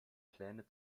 pläne